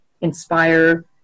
inspire